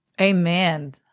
Amen